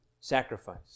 sacrifice